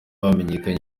bamenyekanye